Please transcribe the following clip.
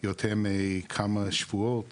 יותר מכמה שבועות